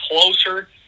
closer